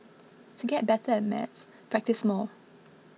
to get better at maths practise more